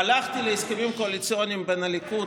הלכתי להסכמים הקואליציוניים בין הליכוד